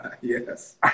yes